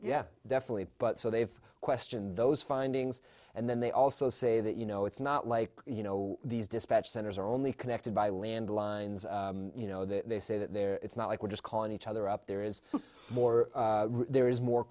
yeah definitely but so they've questioned those findings and then they also say that you know it's not like you know these dispatch centers are only connected by landlines you know that they say that they're it's not like we're just calling each other up there is more there is more